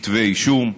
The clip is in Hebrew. כתבי אישום,